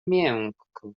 miękko